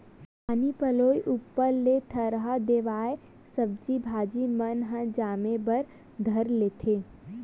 पानी पलोय ऊपर ले थरहा देवाय सब्जी भाजी मन ह जामे बर धर लेथे